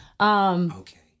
Okay